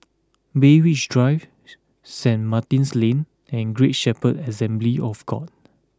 Berwick Drive Saint Martin's Lane and Great Shepherd Assembly of God